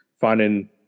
finding